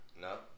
no